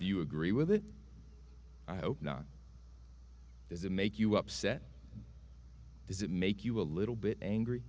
if you agree with it i hope not does it make you upset does it make you a little bit angry